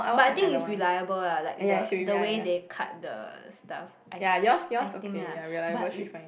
but I think it's reliable ah like the the way they cut the stuff I I think ah but